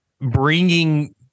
bringing